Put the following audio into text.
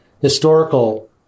historical